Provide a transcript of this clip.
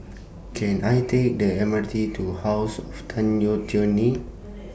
Can I Take The M R T to House of Tan Yeok Nee